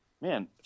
man